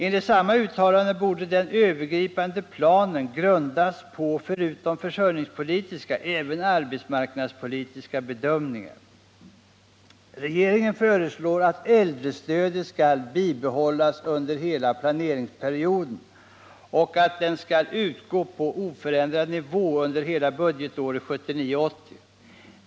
Enligt samma uttalande borde den övergripande planen grundas på förutom försörjningspolitiska även arbetsmarknadspolitiska bedömningar. Regeringen föreslår att äldrestödet skall bibehållas under hela planeringsperioden och att det skall utgå på oförändrad nivå under hela budgetåret 1979/80.